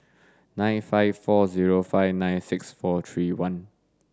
nine five four zero five nine six four three one